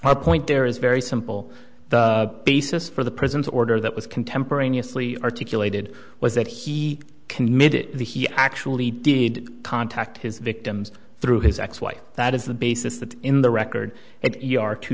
our point there is very simple the basis for the president's order that was contemporaneously articulated was that he committed the he actually did contact his victims through his ex wife that is the basis that in the record if you are t